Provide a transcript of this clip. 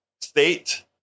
state